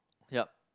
ya